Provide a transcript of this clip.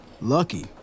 Lucky